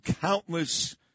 countless